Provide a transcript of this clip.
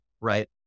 right